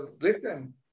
listen